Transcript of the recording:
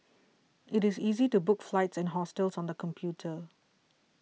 it is easy to book flights and hostels on the computer